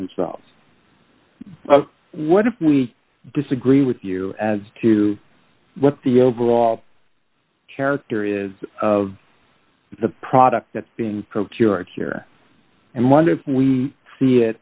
themselves what if we disagree with you as to what the overall character is of the product that's been procured here and wonder if we see it